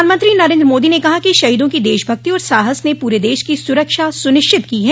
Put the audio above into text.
प्रधानमंत्री नरेन्द्र मोदी ने कहा कि शहीदों की देशभक्ति और साहस ने पूरे देश की सुरक्षा सुनिश्चित की है